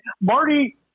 Marty